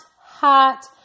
hot